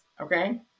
okay